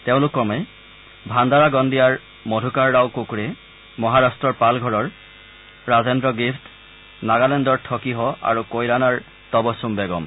তেওঁলোক ক্ৰমে ভাণ্ডাৰা গন্দিয়াৰ মধুকাৰৰাও কুকড়ে মহাৰাট্টৰ পালঘৰৰ ৰাজেদ্ৰ গিভট নাগালেণ্ডৰ থকিহ আৰু কৈৰানাৰ তবছুম বেগম